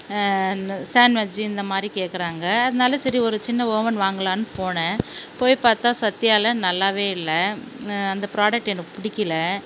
ந சாண்வெஜ்ஜு இந்த மாதிரி கேட்குறாங்க அதனால சரி ஒரு சின்ன ஓவன் வாங்கலாம்னு போனேன் போய் பார்த்தா சத்யாவில நல்லாவே இல்லை அந்த ப்ராடெக்ட் எனக்கு பிடிக்கில